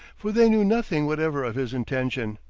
for they knew nothing whatever of his intention.